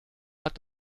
hat